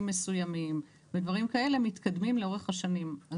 מסוימים ודברים כאלה מתקדמים לאורך השנים.